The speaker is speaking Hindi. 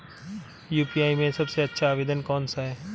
यू.पी.आई में सबसे अच्छा आवेदन कौन सा होता है?